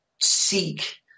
seek